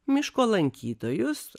miško lankytojus